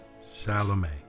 Salome